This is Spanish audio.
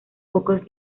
pocos